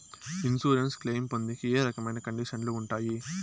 Insurance claim పొందేకి ఏ రకమైన కండిషన్లు ఉంటాయి?